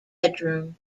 bedroom